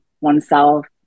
oneself